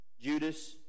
Judas